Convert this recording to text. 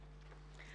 וכו'.